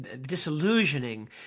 disillusioning